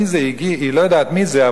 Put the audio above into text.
היא לא יודעת מי זה,